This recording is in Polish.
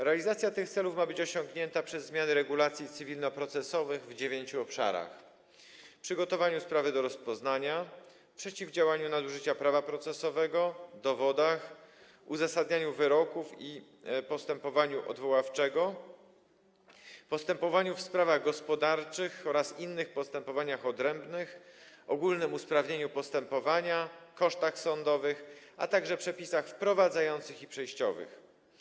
Realizacja tych celów ma być osiągnięta przez zmiany regulacji cywilnoprocesowych w dziewięciu obszarach: przygotowania sprawy do rozpoznania, przeciwdziałania nadużyciu prawa procesowego, dowodów, uzasadniania wyroków i postępowań odwoławczych, postępowań w sprawach gospodarczych oraz innych postępowań odrębnych, ogólnych usprawnień postępowań, kosztów sądowych, a także przepisów wprowadzających i przejściowych.